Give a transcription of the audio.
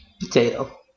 potato